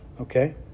okay